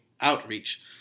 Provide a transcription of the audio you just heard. outreach